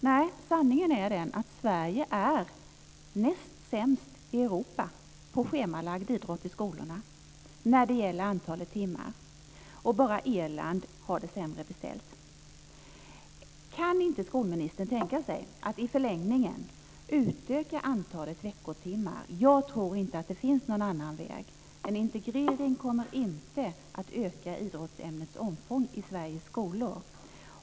Nej, sanningen är den att Sverige är näst sämst i Europa på schemalagd idrott i skolorna när det gäller antalet timmar. Bara Irland har det sämre beställt. Kan inte skolministern tänka sig att i förlängningen utöka antalet veckotimmar? Jag tror inte att det finns någon annan väg. En integrering kommer inte att öka idrottsämnets omfång i Sveriges skolor.